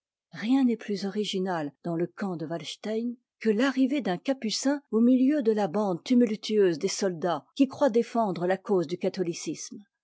rien n'est plus original dans le camp de walstein que l'arrivée d'un capucin au milieu de la bande tumultueuse des soldats qui croient défendre la cause du catholicisme